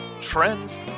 trends